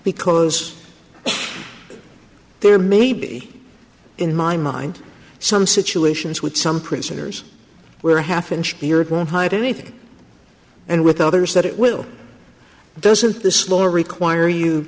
because there may be in my mind some situations with some prisoners where half inch beard one hide anything and with others that it will doesn't this law require you